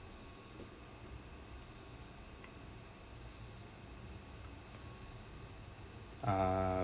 ah